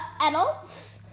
adults